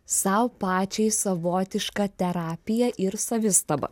sau pačiai savotiška terapija ir savistaba